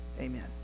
Amen